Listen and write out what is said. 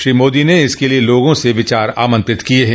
श्री मोदी ने इसके लिए लोगों से विचार आमंत्रित किए हैं